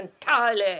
entirely